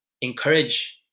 encourage